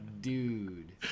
dude